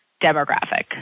demographic